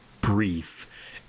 brief